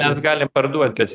mes galim parduot bet